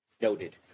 noted